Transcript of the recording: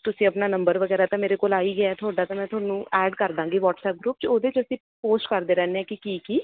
ਤੁਸੀਂ ਆਪਣਾ ਨੰਬਰ ਵਗੈਰਾ ਤਾਂ ਮੇਰੇ ਕੋਲ ਆ ਹੀ ਗਿਆ ਤੁਹਾਡਾ ਤਾਂ ਮੈਂ ਤੁਹਾਨੂੰ ਐਡ ਕਰ ਦਾਂਗੀ ਵਟਸਅੱਪ ਗਰੁੱਪ 'ਚ ਉਹਦੇ 'ਚ ਅਸੀਂ ਪੋਸਟ ਕਰਦੇ ਰਹਿੰਦੇ ਹਾਂ ਕਿ ਕੀ ਕੀ